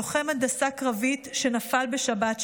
לוחם הנדסה קרבית שנפל בשבת שעברה.